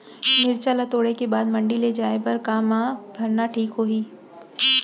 मिरचा ला तोड़े के बाद मंडी ले जाए बर का मा भरना ठीक होही?